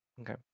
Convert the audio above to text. okay